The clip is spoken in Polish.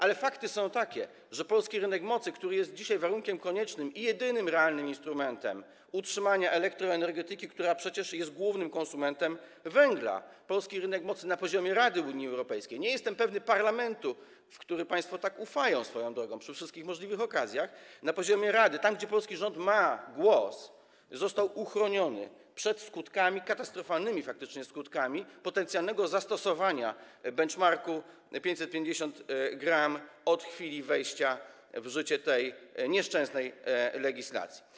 Ale fakty są takie, że polski rynek mocy, który jest dzisiaj warunkiem koniecznym i jedynym realnym instrumentem utrzymania elektroenergetyki, która jest przecież głównym konsumentem węgla, na poziomie Rady Unii Europejskiej - nie jestem pewny parlamentu, w który państwo tak wierzą swoją drogą przy wszystkich możliwych okazjach - tam gdzie polski rząd ma głos, został uchroniony przed katastrofalnymi faktycznie skutkami potencjalnego zastosowania benchmarku: 550 g od chwili wejścia w życie tej nieszczęsnej legislacji.